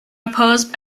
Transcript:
opposed